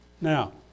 Now